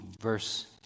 verse